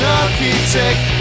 architect